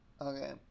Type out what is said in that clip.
Okay